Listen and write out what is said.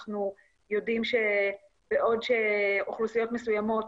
אנחנו יודעים שבעוד אוכלוסיות מסוימות,